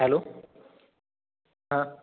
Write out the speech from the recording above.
hello हा